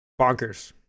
Bonkers